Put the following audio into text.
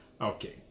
Okay